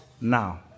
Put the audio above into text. now